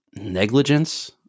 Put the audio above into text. negligence